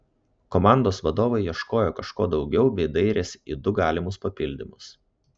komandos vadovai ieškojo kažko daugiau bei dairėsi į du galimus papildymus